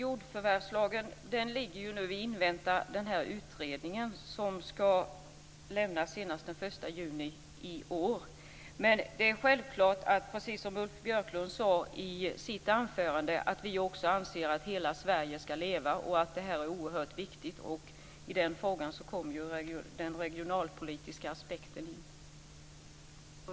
Fru talman! Frågan om jordförvärvslagen ingår i den utredning som ska lämnas senast den 1 juni i år. Precis som Ulf Björklund sade i sitt anförande anser också vi att hela Sverige ska leva. Detta är oerhört viktigt, och i den frågan kommer den regionalpolitiska aspekten in.